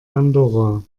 andorra